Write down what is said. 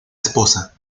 esposa